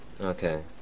Okay